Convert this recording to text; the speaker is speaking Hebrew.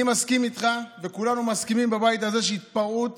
אני מסכים איתך וכולנו מסכימים בבית הזה שהתפרעות